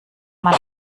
man